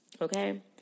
okay